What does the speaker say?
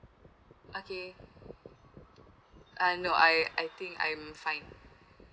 okay ah no I I think I'm fine